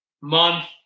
month